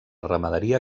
ramaderia